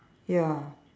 ya